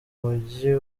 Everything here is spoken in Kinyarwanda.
mujyi